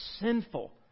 sinful